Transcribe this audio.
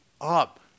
up